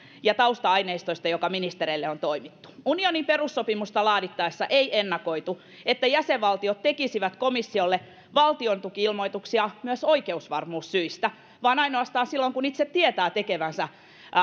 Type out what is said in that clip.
ja tausta aineistosta joka ministereille on toimitettu unionin perussopimusta laadittaessa ei ennakoitu että jäsenvaltiot tekisivät komissiolle valtiontuki ilmoituksia myös oikeusvarmuussyistä vaan ainoastaan silloin kun itse tietää tekevänsä